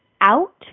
out